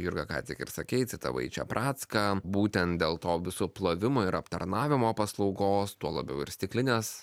jurga ką tik ir sakei citavai čepracką būtent dėl to viso plovimo ir aptarnavimo paslaugos tuo labiau ir stiklinės